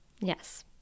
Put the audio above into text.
Yes